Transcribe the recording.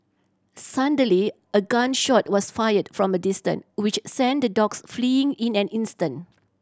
suddenly a gun shot was fired from a distance which sent the dogs fleeing in an instant